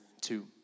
two